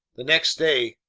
the next day,